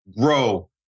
grow